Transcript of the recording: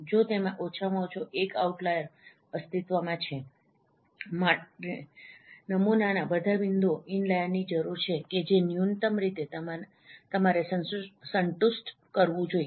જો તેમાં ઓછામાં ઓછો એક આઉટલાઈર અસ્તિત્વમાં છે મારે નમૂનાના બધા બિંદુઓ ઇનલાઈરની જરૂર છે કે જે ન્યુનત્તમ રીતે તમારે સંતુષ્ટ કરવું જોઈએ